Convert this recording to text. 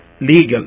legal